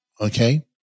Okay